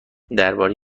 درباره